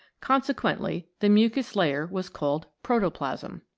con sequently the mucous layer was called protoplasm.